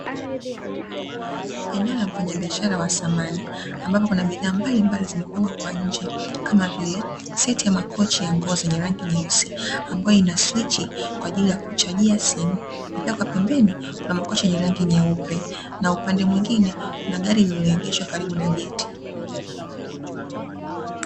Eneo la wafanyabiashara wa samani ambapo kuna bidhaa mbalimbali zilizopangwa kwa nje kama vile, seti ya makochi ya ngozi yenye rangi nyeusi ambayo inaswichi kwa ajili ya kuchajia simu, kwa pembeni kuna makochi yenye rangi nyeupe na kwa upande mwingine kuna gari lililoegeshwa karibu na geti.